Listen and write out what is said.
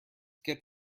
get